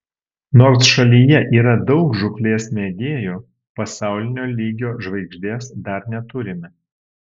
nors šalyje yra daug žūklės mėgėjų pasaulinio lygio žvaigždės dar neturime